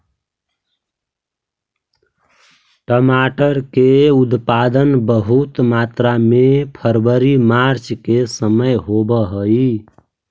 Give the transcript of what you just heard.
टमाटर के उत्पादन बहुत मात्रा में फरवरी मार्च के समय में होवऽ हइ